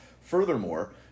Furthermore